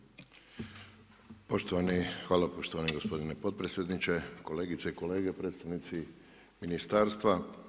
Hvala poštovani gospodine potpredsjedniče, kolegice i kolege, predstavnici ministarstva.